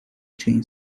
چنین